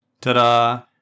Ta-da